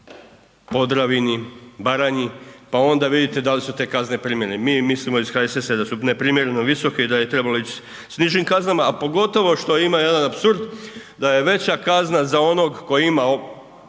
Podravini, Baranji pa onda vidite da li su te kazne primjerene. Mi mislimo iz HSS-a da su neprimjereno visoke i da je trebalo ići s nižim kaznama, a pogotovo što ima jedan apsurd, da je veća kazna za onog koji ima